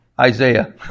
Isaiah